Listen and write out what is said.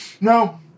No